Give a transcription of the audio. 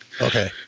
Okay